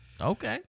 okay